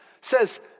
says